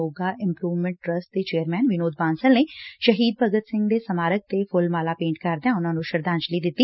Moga improvement trust ਦੇ chairman Vinod Bansal ਨੇ ਸ਼ਹੀਦ ਭਗਤ ਸਿੰਘ ਦੇ ਸਮਾਰਕ ਦੇ ਫੁੱਲ ਮਾਲਾ ਭੇਂਟ ਕਰਦਿਆਂ ਉਨੂਾ ਨੂੰ ਸ਼ਰਧਾਂਜਲੀ ਦਿੱਤੀ